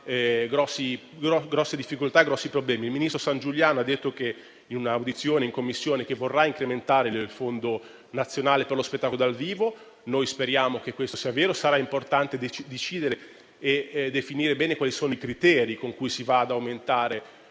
grosse difficoltà e problemi. Il ministro Sangiuliano ha detto, in una audizione in Commissione, che vorrà incrementare il Fondo nazionale per lo spettacolo dal vivo: noi speriamo che questo sia vero. Sarà importante decidere e definire bene quali sono i criteri con cui si va ad aumentare